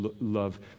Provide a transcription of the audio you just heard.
love